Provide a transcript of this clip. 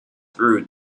through